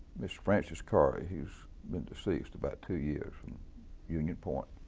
ms. francis carter who's been deceased about two years from union point.